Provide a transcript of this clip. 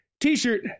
t-shirt